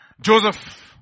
Joseph